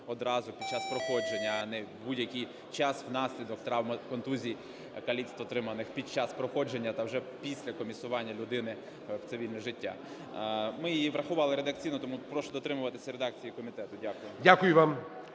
одразу під час проходження, а не в будь-який час внаслідок травми, контузії, каліцтва, отриманих під час проходження та вже після комісування людини в цивільне життя. Ми її врахували редакційно. Тому прошу дотримуватись редакції комітету. Дякую. ГОЛОВУЮЧИЙ.